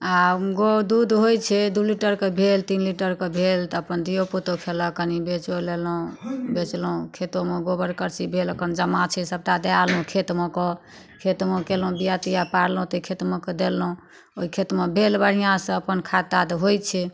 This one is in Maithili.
आओर दुध होइ छै दू लीटर कऽ भेल तीन लीटर कऽ भेल तऽ अपन धियो पुतो खेलक कनी बेचो लेलहुँ बेचलहुँ खेतोमे गोबर करसी भेल एखन जमा छै सबटा दए एलहुँ खेतमे कऽ खेतमे कयलहुँ बिआ तिया पारलहुँ ओतै खेतमे कऽ देलहुँ ओइ खेतमे भेल बढ़िआँसँ अपन खाद्य ताद होइ छै